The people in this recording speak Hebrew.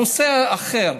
נושא אחר.